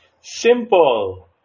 Simple